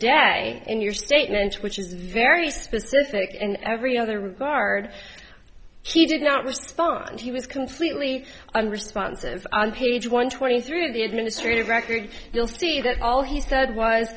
day in your statement which is very specific in every other regard he did not respond he was completely unresponsive on page one twenty three of the administrative record you'll see that all he said was